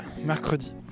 Mercredi